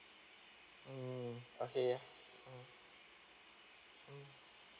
mm okay ya mm mm